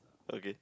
okay